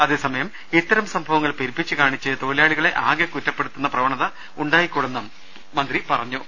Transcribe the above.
അതേസമയം ഇത്തരം സംഭവങ്ങൾ പെരിപ്പിച്ചുകാണിച്ചു തൊഴിലാളികളെ ആകെ കുറ്റപ്പെടുത്തുന്ന പ്രവണതയുണ്ടായി കൂടായെന്നും മന്ത്രി പറഞ്ഞു